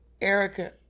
Erica